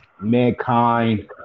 Mankind